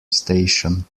station